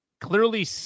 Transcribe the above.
clearly